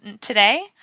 today